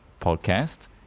Podcast